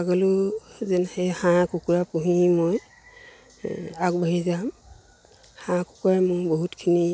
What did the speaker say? আগলৈয়ো যেন সেই হাঁহ কুকুৰা পুহি মই আগবাঢ়ি যাম হাঁহ কুকুৰাই মোক বহুতখিনি